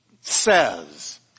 says